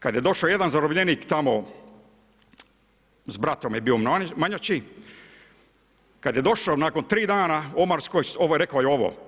Kad je došao jedan zarobljenik tamo s bratom je bio na Manjači, kad je došao nakon tri dana Omarskoj rekao je ovo.